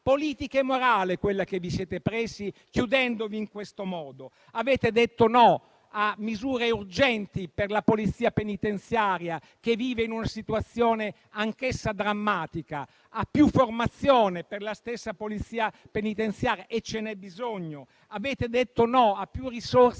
politica e morale, quella che vi siete presi chiudendovi in questo modo. Avete detto no a misure urgenti per la Polizia penitenziaria, che vive in una situazione anch'essa drammatica, a più formazione per la stessa Polizia penitenziaria, e ce n'è bisogno. Avete detto no a più risorse